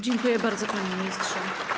Dziękuję bardzo, panie ministrze.